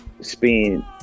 spend